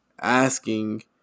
asking